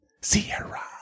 Sierra